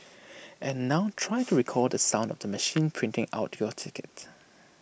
and now try to recall the sound of the machine printing out your ticket